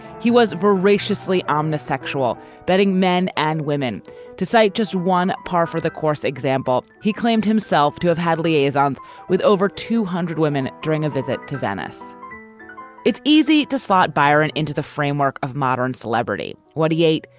he was voraciously omnia sexual betting men and to cite just one par for the course example, he claimed himself to have had liaisons with over two hundred women during a visit to venice it's easy to sort byron into the framework of modern celebrity what he ate,